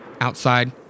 Outside